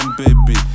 baby